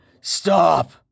stop